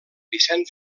vicent